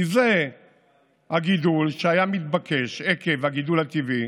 כי זה הגידול שהיה מתבקש עקב הגידול הטבעי